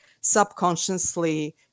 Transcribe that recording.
subconsciously